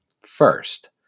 First